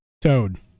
Toad